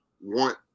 want